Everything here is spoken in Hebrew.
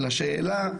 אבל השאלה,